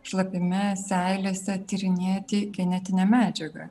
šlapime seilėse tyrinėti genetinę medžiagą